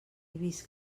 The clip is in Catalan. vist